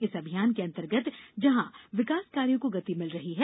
इस अभियान के अंतर्गत जहां विकास कार्यों को गति मिल रही है